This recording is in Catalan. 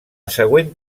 següent